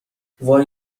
وای